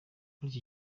muri